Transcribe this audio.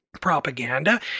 propaganda